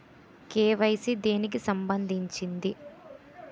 KYC దేనికి సంబందించింది?